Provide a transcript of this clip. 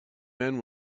men